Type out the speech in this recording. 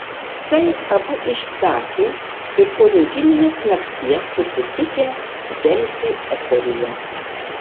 tai abu išsakė ir po rinkiminės nakties susitikę delfi eteryje